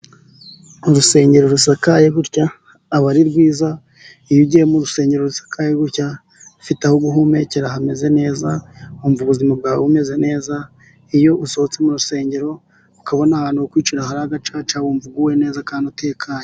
Urusengero rusakaye gutya aba ari rwiza, iyo ugiye mu rusengero rusakaye gutya, ufite aho guhumekera hameze neza wumva ubuzima bwawe bumeze neza, iyo usohotse mu rusengero ukabona ahantu ho kwicira hari agacaca, wumva uguwe neza kandi utekanye.